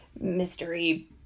mystery